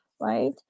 right